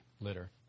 litter